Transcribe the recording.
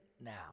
now